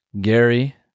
Gary